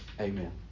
Amen